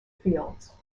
fields